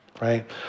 right